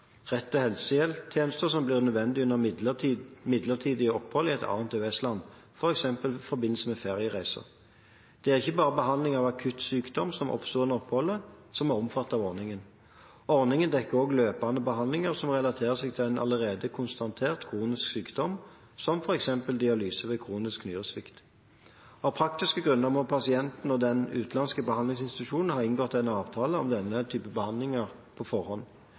rett til helsehjelptjenester som blir nødvendig under midlertidig opphold i et annet EØS-land, f.eks. i forbindelse med feriereiser. Det er ikke bare behandling av akutt sykdom som oppstår under oppholdet som er omfattet av ordningen. Ordningen dekker også løpende behandlinger som relaterer seg til en allerede konstatert kronisk sykdom, som f.eks. dialyse ved kronisk nyresvikt. Av praktiske grunner må pasienten og den utenlandske behandlingsinstitusjonen ha inngått en avtale om denne type behandlinger på forhånd.